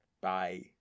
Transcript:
Bye